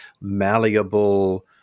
malleable